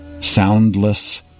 soundless